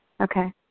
Okay